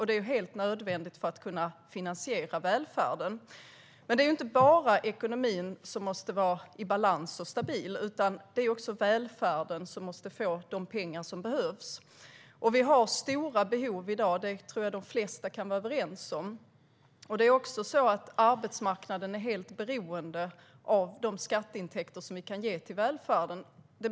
Det är helt nödvändigt för att kunna finansiera välfärden. Men det är inte bara ekonomin som måste vara i balans och stabil - välfärden måste också få de pengar som behövs. Vi har stora behov i dag. Det tror jag att de flesta kan vara överens om. Det är också så att arbetsmarknaden är helt beroende av de skatteintäkter som vi kan ge till välfärden.